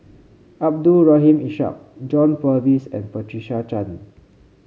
Abdul Rahim Ishak John Purvis and Patricia Chan